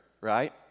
right